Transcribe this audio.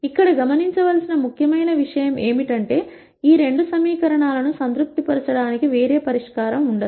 ఇక్కడ గమనించవలసిన ముఖ్యమైన విషయం ఏమిటంటే ఈ రెండు సమీకరణాలను సంతృప్తి పరచడానికి వేరే పరిష్కారం ఉండదు